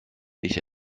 ich